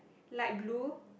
like blue